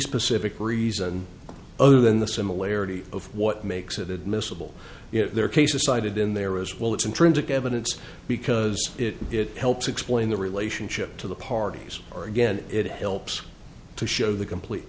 specific reason other than the similarity of what makes it admissible if there are cases cited in there as well it's intrinsic evidence because it helps explain the relationship to the parties or again it helps to show the complete